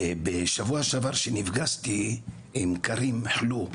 בשבוע שעבר שנפגשתי עם כארים קלו,